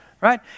Right